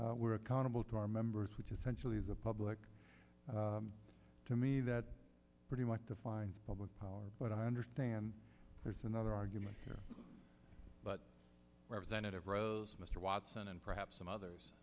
right we're accountable to our members which essentially is a public to me that pretty much defines public power but i understand there's another argument here but representative rose mr watson and perhaps some others